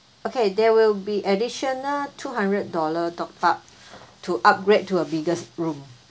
okay there will be additional two hundred dollar top up to upgrade to a biggest room